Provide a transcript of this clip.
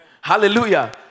Hallelujah